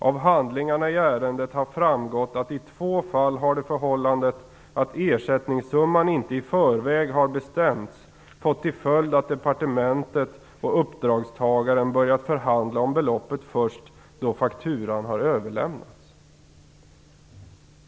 Av handlingarna i ärendet har framgått --- att i två fall har det förhållandet att ersättningssumman inte i förväg har bestämts fått till följd att departementet och uppdragstagaren börjat förhandla om beloppet först då fakturan har överlämnats."